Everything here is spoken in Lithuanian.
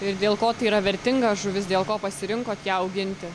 ir dėl ko tai yra vertinga žuvis dėl ko pasirinkot ją auginti